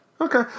Okay